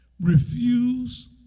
Refuse